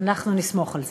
אנחנו נסמוך על זה.